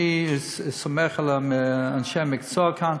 אני סומך על אנשי המקצוע כאן.